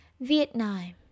Vietnam